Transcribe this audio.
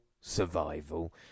survival